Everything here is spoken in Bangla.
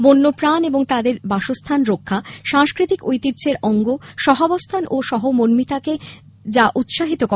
বন্যপ্রাণ ও তাদের বাসস্থান রক্ষা সাংস্কৃতিক ঐতিহ্যের অঙ্গ সহাবস্থান ও সহমর্মিতাকে যা উৎসাহিত করে